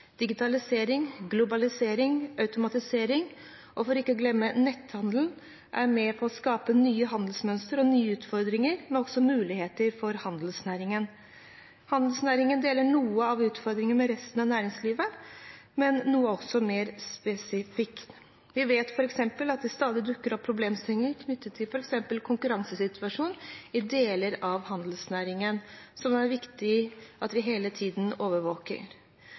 Digitalisering, globalisering, automatisering og for ikke å glemme netthandelen er med på å skape nye handelsmønstre og nye utfordringer, men også muligheter for handelsnæringen. Handelsnæringen deler noen av utfordringene med resten av næringslivet, men noe er også mer spesifikt. Vi vet at det stadig dukker opp problemstillinger f.eks. knyttet til konkurransesituasjonen i deler av handelsnæringen, som det er viktig at vi hele tiden overvåker.